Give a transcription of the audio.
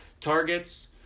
targets